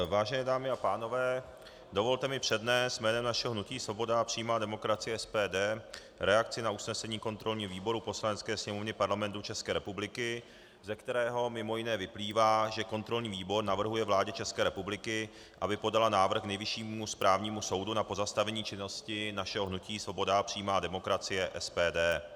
Vážené dámy a pánové, dovolte mi přednést jménem našeho hnutí Svoboda a přímá demokracie SPD reakci na usnesení kontrolního výboru Poslanecké sněmovny Parlamentu České republiky, ze kterého mimo jiné vyplývá, že kontrolní výbor navrhuje vládě České republiky, aby podala návrh Nejvyššímu správnímu soudu na pozastavení činnosti našeho hnutí Svoboda a přímá demokracie SPD.